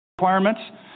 requirements